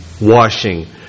washing